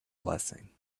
blessing